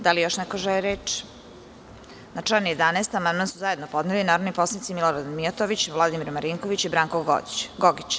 Da li još neko želi reč? (Ne) Na član 11. amandman su zajedno podneli narodni poslanici Milorad Mijatović, Vladimir Marinković i Branko Gogić.